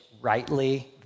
rightly